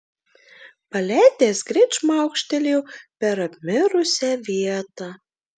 paleidęs greit šmaukštelėjo per apmirusią vietą